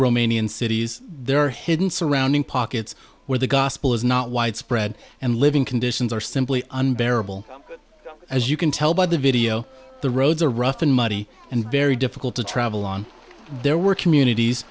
romanian cities there are hidden surrounding pockets where the gospel is not widespread and living conditions are simply unbearable as you can tell by the video the roads are rough and muddy and very difficult to travel on there were communities